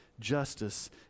justice